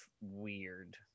weird